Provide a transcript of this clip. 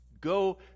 Go